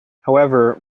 however